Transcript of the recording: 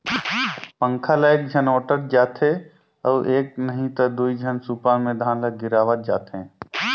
पंखा ल एकझन ओटंत जाथे अउ एक नही त दुई झन सूपा मे धान ल गिरावत जाथें